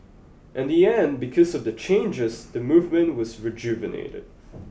in the end because of the changes the movement was rejuvenated